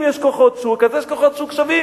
אם כוחות שוק, אז יש כוחות שוק שווים.